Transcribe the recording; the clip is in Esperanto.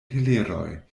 teleroj